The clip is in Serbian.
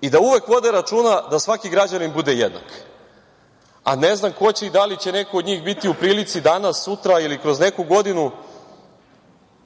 i da uvek vode računa da svaki građanin bude jednak, a ne znam ko će i da li će neko od njih biti u prilici danas, sutra ili kroz neku godinu